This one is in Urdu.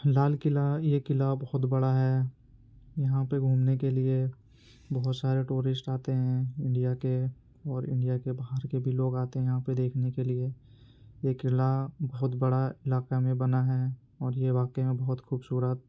لال قلعہ یہ قلعہ بہت بڑا ہے یہاں پہ گھومنے کے لیے بہت سارے ٹورسٹ آتے ہیں انڈیا کے اور انڈیا کے باہر کے بھی لوگ آتے ہیں یہاں پہ دیکھنے کے لیے یہ قلعہ بہت بڑا علاقہ میں بنا ہیں اور یہ واقعی میں بہت خوبصورت